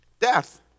Death